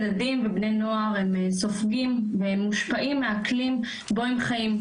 ילדים ובני נוער סופגים ומושפעים מהאקלים שבו הם חיים,